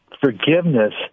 Forgiveness